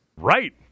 Right